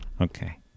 Okay